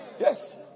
Yes